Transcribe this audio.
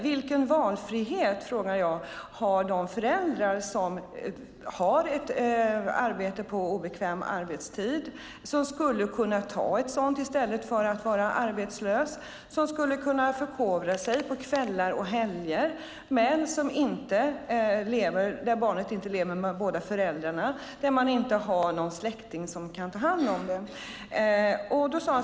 Jag undrade vilken valfrihet de föräldrar har som arbetar på obekväm arbetstid, eller som skulle kunna ta ett sådant arbete i stället för att vara arbetslös, eller som vill förkovra sig på kvällar och helger, men där barnet inte lever med båda föräldrarna eller det inte finns någon släkting som kan ta hand om barnet.